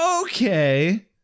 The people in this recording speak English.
Okay